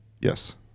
Yes